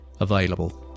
available